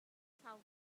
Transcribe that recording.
sau